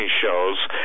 shows